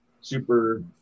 Super